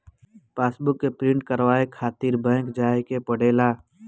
passbook के print करवावे खातिर बैंक जाए के पड़ेला